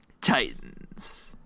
Titans